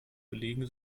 belegen